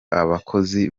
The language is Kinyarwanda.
abakozi